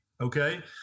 okay